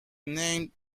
named